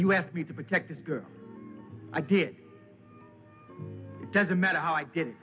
you have me to protect this girl i did it doesn't matter how i did